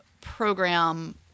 program